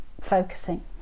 focusing